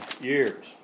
years